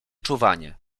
czuwanie